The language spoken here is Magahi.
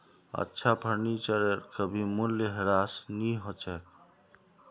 अच्छा फर्नीचरेर कभी मूल्यह्रास नी हो छेक